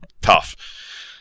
tough